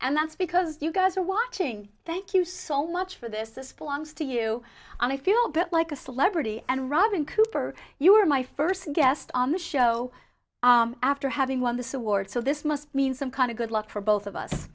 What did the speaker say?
and that's because you guys are watching thank you so much for this this belongs to you and i feel good like a celebrity and robin cooper you were my first guest on the show after having won this award so this must mean some kind of good luck for both of us